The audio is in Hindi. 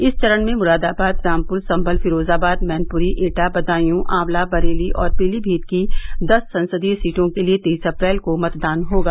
इस चरण में मुरादाबाद रामपुर संभल फिरोजाबाद मैनपुरी एटा बदायूं आंवला बरेली और पीलीमीत की दस संसदीय सीटों के लिए तेईस अप्रैल को मतदान होगा